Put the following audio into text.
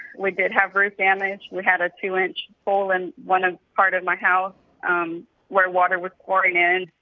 we did have roof damage. we had a two inch hole in one ah part of my house um where water was pouring in.